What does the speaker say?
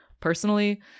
personally